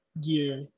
gear